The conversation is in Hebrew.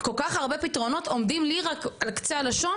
יש כל כך הרבה דברים שאפשר לעשות שעומדים לי על קצה הלשון,